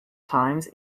times